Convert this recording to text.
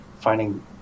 finding